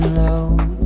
low